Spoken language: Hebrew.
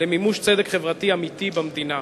למימוש צדק חברתי אמיתי במדינה.